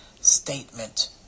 statement